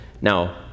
Now